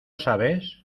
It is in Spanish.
sabes